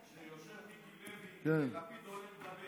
ראית שיושב מיקי לוי ולפיד עולה לדבר,